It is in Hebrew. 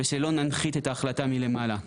ושלא ננחית את ההחלטה מלמעלה.